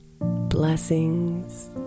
blessings